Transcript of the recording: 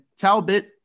Talbot